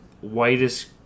Whitest